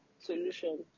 solution